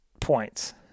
points